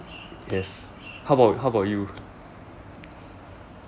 yes how about how about you